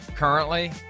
currently